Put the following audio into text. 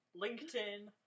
LinkedIn